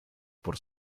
por